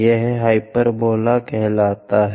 हमें हाइपरबोला कहते हैं